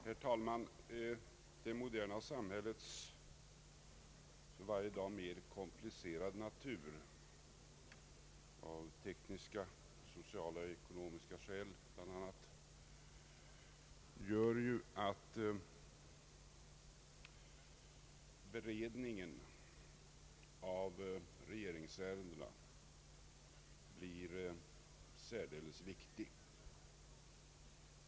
Herr talman! Det moderna samhällets för varje dag alltmer komplicerade natur — beroende bl.a. på den tekniska, sociala och ekonomiska utvecklingen — gör att beredningen av regeringsärendena blir särdeles viktig.